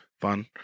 fun